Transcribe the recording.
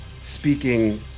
speaking